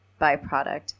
byproduct